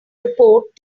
report